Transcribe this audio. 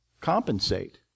compensate